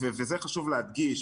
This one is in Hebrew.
ואת זה חשוב להדגיש,